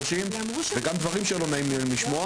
ונגיד גם דברים שלא נעים להם לשמוע.